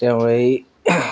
তেওঁ এই